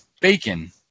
bacon